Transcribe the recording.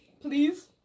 please